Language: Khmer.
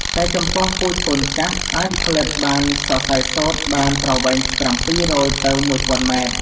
តែចំពោះពូជកូនកាត់ អាចផលិតបានសរសៃសូត្របានប្រវែង៧០០ ទៅ១ ០០០ម៉ែត្រ។